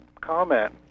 comment